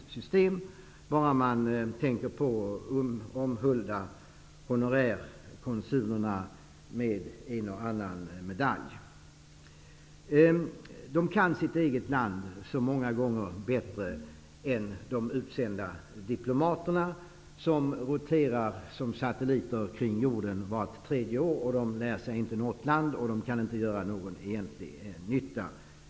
Det gäller bara att komma ihåg att omhulda honorärkonsulerna med en och annan medalj. Konsulerna kan sitt eget land många gånger bättre än de utsända diplomaterna. Diplomaterna roterar vart tredje år som satelliter kring jorden, och de lär inte känna något land ordentligt. De kan därför inte göra någon egentlig nytta.